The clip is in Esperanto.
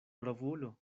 bravulo